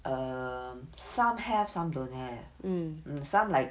err some have some don't have mm